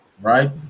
right